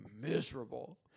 miserable